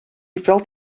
felt